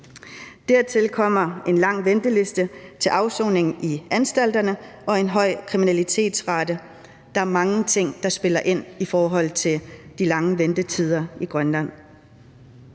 Dertil kommer en lang venteliste til afsoning i anstalterne og en høj kriminalitetsrate. Der er mange ting, der spiller ind i forhold til de lange ventetider i Grønland.